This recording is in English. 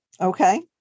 Okay